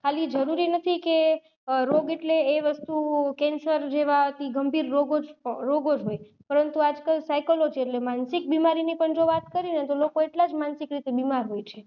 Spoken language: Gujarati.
ખાલી જરૂરી નથી કે રોગ એટલે એ વસ્તુ કેન્સર જેવા કે ગંભીર રોગો જ હોય છે પરંતુ આજકાલ સાઇકોલોજી એટલે માનસિક બીમારીની પણ જો વાત કરીને તો લોકો એટલા જ માનસિક રીતે બીમાર હોય છે